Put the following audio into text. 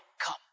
come